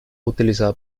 utilizada